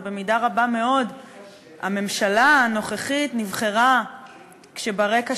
ובמידה רבה מאוד הממשלה הנוכחית נבחרה כשברקע